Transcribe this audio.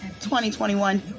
2021